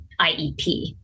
IEP